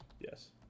Yes